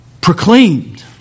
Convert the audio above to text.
proclaimed